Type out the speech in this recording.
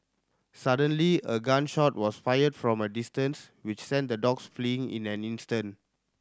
suddenly a gun shot was fired from a distance which sent the dogs fleeing in an instant